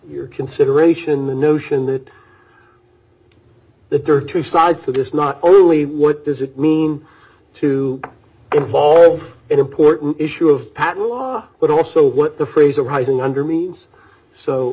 your consideration the notion that that there are two sides to this not only what does it mean to evolve an important issue of patent law but also what the phrase arising under means so